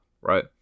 right